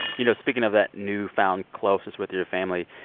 you know, speaking of that newfound closeness with your family,